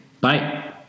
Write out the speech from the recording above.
Bye